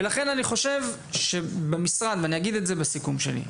ולכן אני חושב שבמשרד ואני אגיד את זה בסיכום שלי,